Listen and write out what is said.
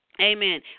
amen